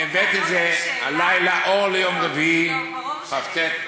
שהבאתי הלילה, אור ליום רביעי, כ"ט וכו'.